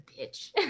bitch